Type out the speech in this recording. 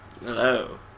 Hello